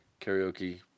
Karaoke